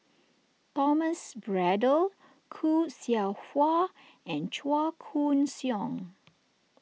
Thomas Braddell Khoo Seow Hwa and Chua Koon Siong